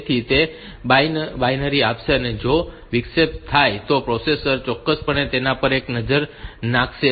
તેથી તે બાંયધરી આપશે કે જો વિક્ષેપ થાય તો પ્રોસેસર ચોક્કસપણે તેના પર એક નજર રાખશે